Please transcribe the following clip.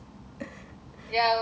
ya it was damn lengthy